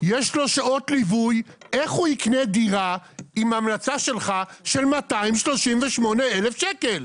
יש לו שעות ליווי איך הוא יקנה דירה עם המלצה שלך של 238,000 שקל?